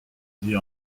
dit